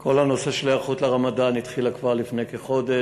כל הנושא של ההיערכות לרמדאן התחיל כבר לפני כחודש.